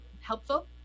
helpful